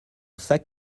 sac